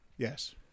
Yes